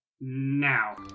now